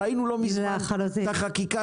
ראינו לא מזמן את החקיקה